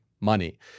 money